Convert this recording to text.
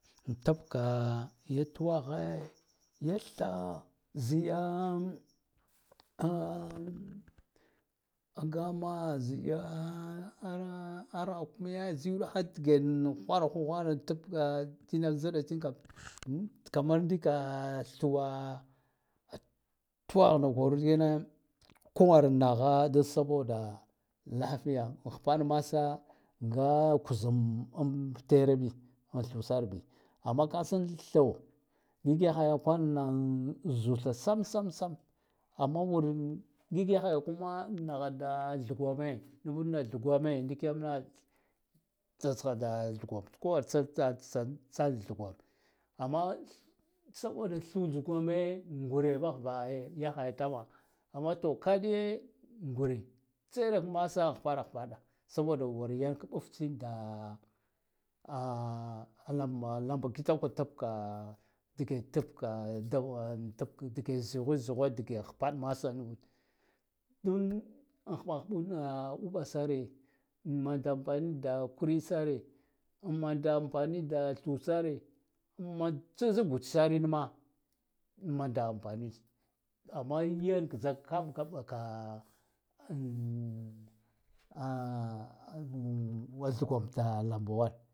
Tabkayi twaghe ya tha ziya gama ziya rakumiye zi uɗaghe digena ghwaraku ghwaro tabka tsina zɗatsin kamar ndika twa tuwagh na kwanid kina kowara nagha dan saboda lafiya nghpaɗ masa nga kuzan amb terabi an thusar bi amma kasan tho ngig yaghaya kwal naghan zu tha sam sam sam amma wur ngig yaghaya kuma ngha da thugwame nuvuɗ na thugwame ndikkiyamna tsatsgha da thugwam kowar tsa- tsa thugwom amma tsa ude thu thugwame ngure baghava yaghaya tama ammato kaɗiye ngure tserak masa nghɓaɗanghbaɗa soboda war yank mɓftsin da lamba lamba kitakwa tib ka dge tibka u thugh-thuj-dge zigwe-zigwe dge ghbaɗ masa nuvud anghɓa- ghɓud uɓa sare manda amfani uda kurisare ammanda amfani uda thusare amman tsvishsarin ma manda anfanid amma yanka-anka ka an thugwan da lamba one.